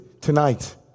tonight